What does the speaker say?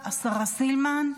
השרה סילמן,